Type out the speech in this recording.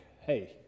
hey